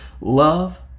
love